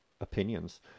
opinions